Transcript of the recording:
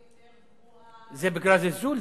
היא תהיה יותר גרועה זה נקרא זלזול?